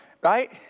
right